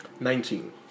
Nineteen